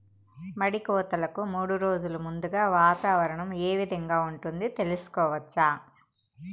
మడి కోతలకు మూడు రోజులు ముందుగా వాతావరణం ఏ విధంగా ఉంటుంది, తెలుసుకోవచ్చా?